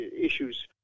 issues